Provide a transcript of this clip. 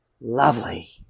lovely